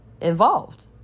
involved